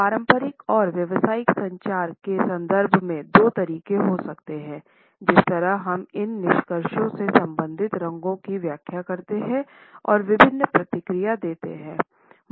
पारस्परिक और व्यावसायिक संचार के संदर्भ में दो तरीके हो सकते हैं जिस तरह हम इन निष्कर्षों से संबंधित रंगो की व्याख्या करते हैं और विभिन्न प्रतिक्रिया देते हैं